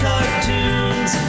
Cartoons